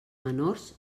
menors